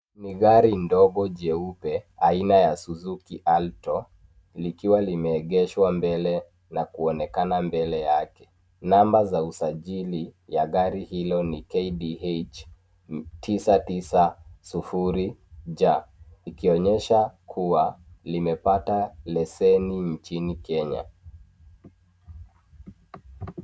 Ni gari ndogo jeupe aina ya Suzuki Alto ,likiwa limeegeshwa mbele na kuonekana mbele yake. Namba za usajili ya gari hilo ni KDH 990J .Likionyesha kuwa limepata leseni mjini Kenya.